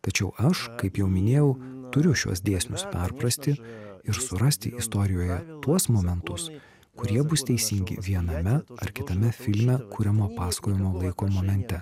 tačiau aš kaip jau minėjau turiu šiuos dėsnius perprasti ir surasti istorijoje tuos momentus kurie bus teisingi viename ar kitame filme kuriamo pasakojimo laiko momente